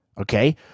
Okay